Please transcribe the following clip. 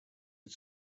эти